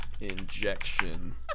injection